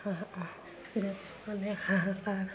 অনেক হাহাকাৰ